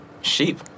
Sheep